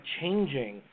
changing